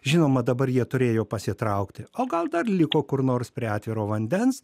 žinoma dabar jie turėjo pasitraukti o gal dar liko kur nors prie atviro vandens